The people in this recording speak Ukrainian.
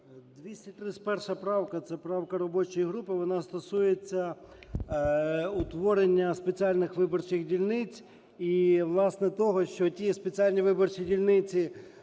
231 правка. Це правка робочої групи вона стосується утворення спеціальних виборчих дільниць, і, власне того, що ті спільні виборчі дільниці